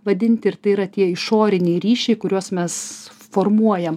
vadinti ir tai yra tie išoriniai ryšiai kuriuos mes formuojam